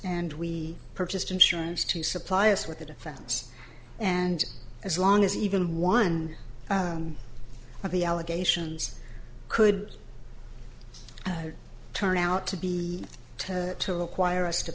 and we purchased insurance to supply us with a defense and as long as even one of the allegations could turn out to be to acquire us to